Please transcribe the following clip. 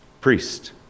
priest